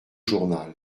journal